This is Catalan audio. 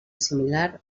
similar